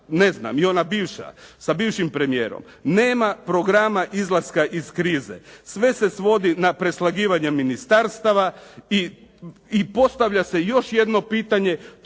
ne znam i ona bivša sa bivšim premijerom, nema programa izlaska iz krize. Sve se svodi na preslagivanja ministarstava i postavlja se još jedno pitanje.